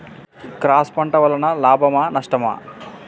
Cross పంట వలన లాభమా నష్టమా?